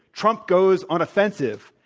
trump goes on offensive.